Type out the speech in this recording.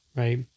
right